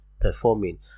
performing